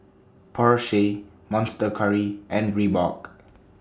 Porsche Monster Curry and Reebok